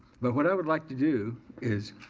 but what i would like to do is,